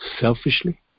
selfishly